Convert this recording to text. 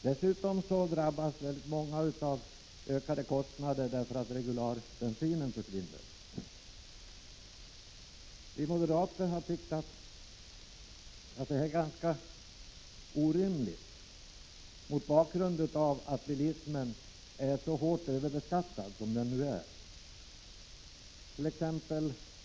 Dessutom drabbas väldigt många av ökade kostnader därför att regularbensinen försvinner. Vi moderater har tyckt att det här är ganska orimligt mot bakgrund av att bilismen är så kraftigt överbeskattad som den nu är.